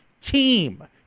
team